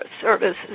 services